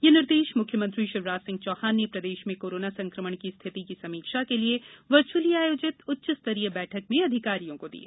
ये निर्देश मुख्यमंत्री शिवराज सिंह चौहान ने प्रदेश में कोरोना संक्रमण की स्थिति की समीक्षा के लिए वर्चुअली आयोजित उच्च स्तरीय बैठक में अधिकारियों को दिए